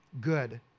good